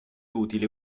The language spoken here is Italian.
utile